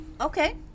Okay